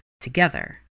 together